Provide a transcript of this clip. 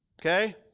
okay